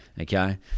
Okay